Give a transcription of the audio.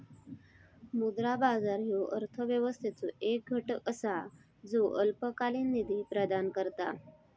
मुद्रा बाजार ह्यो अर्थव्यवस्थेचो एक घटक असा ज्यो अल्पकालीन निधी प्रदान करता